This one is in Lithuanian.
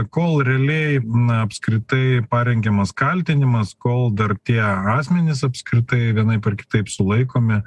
kol realiai na apskritai parengiamas kaltinimas kol dar tie asmenys apskritai vienaip ar kitaip sulaikomi